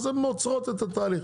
אז הן עוצרות את התהליך.